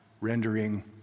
rendering